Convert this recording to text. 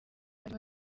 bari